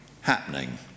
happening